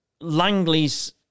Langley's